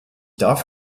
darf